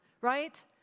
right